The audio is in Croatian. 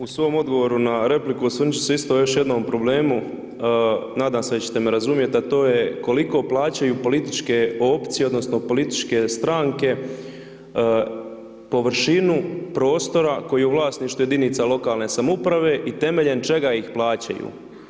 U svom odgovoru na repliku, osvrnuti ću se isto na još jednom problemu, nadam se da ćete me razumjeti a to je koliko plaćaju političke opcije i političke stranke, površinu prostora koji je u vlasništvu jedinice lokalne samouprave, i temeljem čega ih plaćaju.